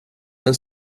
men